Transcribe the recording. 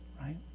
right